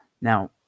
Now